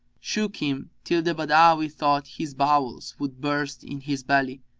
shook him till the badawi thought his bowels would burst in his belly,